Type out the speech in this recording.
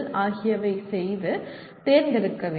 ஆகியவை செய்து தேர்ந்தெடுக்க வேண்டும்